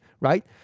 right